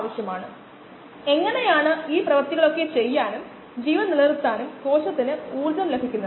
കാര്യങ്ങൾ ഇല്ലാതിരിക്കുമ്പോൾ തരംഗദൈർഘ്യം കോശം ആഗിരണം ചെയ്യാത്തപ്പോൾ സ്കാറ്ററിങ് പരമാവധി സംഭവിക്കുന്നു